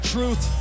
Truth